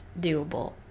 doable